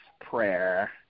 prayer